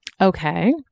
Okay